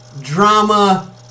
drama